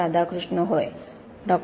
राधाकृष्ण होय डॉ